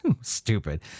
Stupid